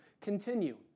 continue